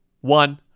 One